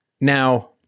Now